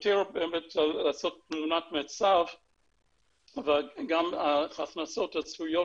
יותר לעשות תמונת מצב וגם ההכנסות הצפויות,